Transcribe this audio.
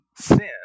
sin